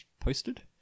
posted